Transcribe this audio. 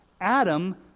Adam